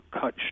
cut